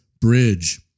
BRIDGE